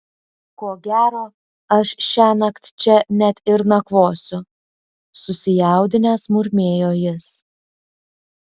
ko gero aš šiąnakt čia net ir nakvosiu susijaudinęs murmėjo jis